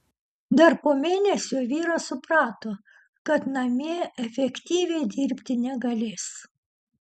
dar po mėnesio vyras suprato kad namie efektyviai dirbti negalės